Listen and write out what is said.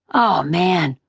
man,